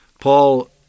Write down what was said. Paul